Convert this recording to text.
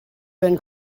been